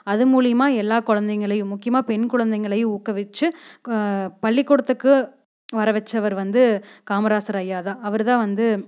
அது மூலியமாக எல்லா குழந்தைங்களையும் முக்கியமாக பெண் குழந்தைங்களை ஊக்குவிச்சு பள்ளிக்கூடத்துக்கு வர வச்சவர் வந்து காமராசர் ஐயா தான் அவர் தான் வந்து